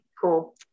Cool